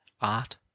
art